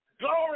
Glory